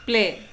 play